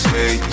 Say